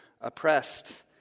oppressed